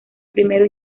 primero